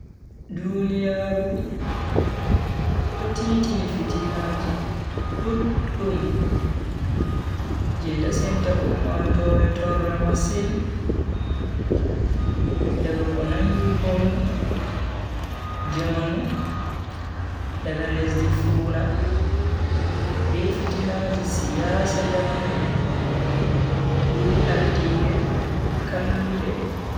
Duniyaaru do titini fitinaji duddum je dasinta ummatoore torra masin, daga ko nangi konu jamanu daga lesdi fuuna be fitinaaji siyasa jamanu be ardiibe kallube.